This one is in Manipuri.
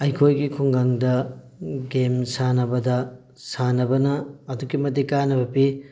ꯑꯩꯈꯣꯏꯒꯤ ꯈꯨꯡꯒꯪꯗ ꯒꯦꯝ ꯁꯥꯟꯅꯕꯗ ꯁꯥꯟꯅꯕꯅ ꯑꯗꯨꯛꯀꯤ ꯃꯇꯤꯛ ꯀꯥꯅꯕ ꯄꯤ